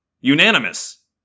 Unanimous